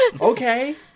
Okay